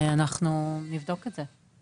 אנחנו נבדוק את זה.